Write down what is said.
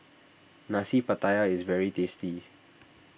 Nasi Pattaya is very tasty